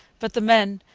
but the men,